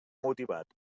motivat